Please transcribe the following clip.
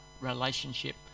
relationship